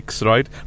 right